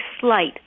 slight